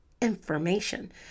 information